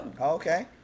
Okay